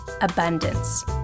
abundance